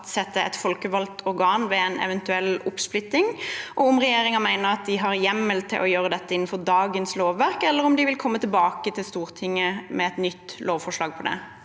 avsette et folkevalgt organ ved en eventuell oppsplitting, og om regjeringen mener de har hjemmel til å gjøre dette innenfor dagens lovverk, eller om de vil komme tilbake til Stortinget med et nytt lovforslag om det.